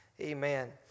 Amen